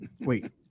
wait